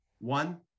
One